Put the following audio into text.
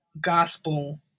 gospel